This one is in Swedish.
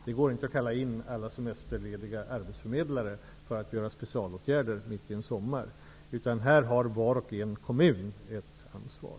Det går inte att kalla in alla semsterlediga arbetsförmedlare för att göra specialåtgärder mitt i en sommar. Här har varje kommun ett ansvar.